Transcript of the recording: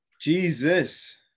Jesus